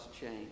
change